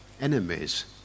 enemies